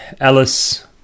Alice